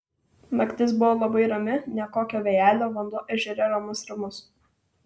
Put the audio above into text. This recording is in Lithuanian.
naktis buvo labai rami nė kokio vėjelio vanduo ežere ramus ramus